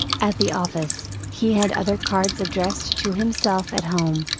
at the office, he had other cards addressed to himself at home.